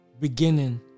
beginning